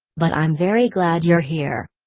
but i'm very glad you're here.